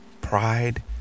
pride